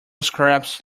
scraps